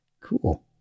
cool